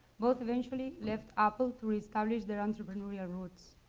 both eventually left apple to establish their entrepreneurial roots.